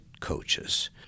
coaches